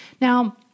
Now